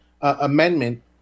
Amendment